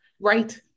Right